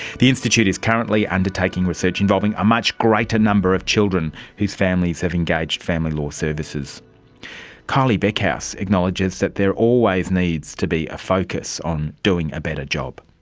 the institute is currently undertaking research involving a much greater number of children whose families have engaged family law services. kylie beckhouse acknowledges that there always needs to be a focus on doing a better job.